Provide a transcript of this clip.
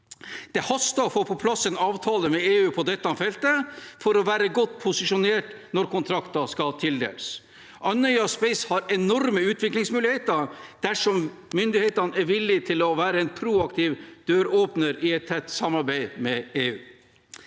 Det haster å få på plass en avtale med EU på dette feltet, for å være godt posisjonert når kontrakter skal tildeles. Andøya Space har enorme utviklingsmuligheter dersom myndighetene er villig til å være en proaktiv døråpner i et tett samarbeid med EU.